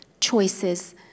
choices